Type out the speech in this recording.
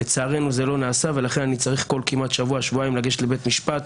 לצערנו זה לא נעשה ולכן אני צריך כל כמעט שבוע-שבועיים לגשת לבית משפט